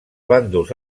bàndols